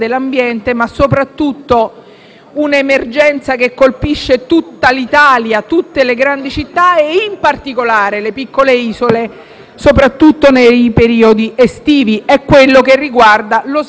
un'emergenza che colpisce tutta l'Italia e le grandi città e, in particolare, le piccole isole, soprattutto nei periodi estivi. Mi riferisco allo smaltimento dei rifiuti,